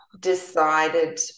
decided